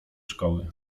szkoły